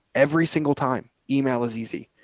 every single time email is easy.